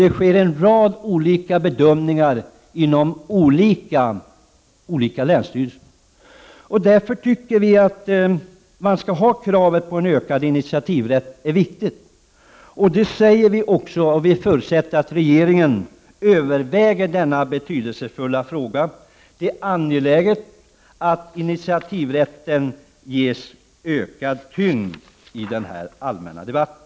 Det sker en rad olika bedömningar inom olika länsstyrelser. Därför tycker vi att kravet på en ökad initiativrätt är viktigt. Det säger vi också. Vi förutsätter att regeringen överväger denna betydelsefulla fråga. Det är angeläget att initiativrätten ges ökad tyngd i den allmänna debatten.